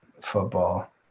football